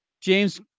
James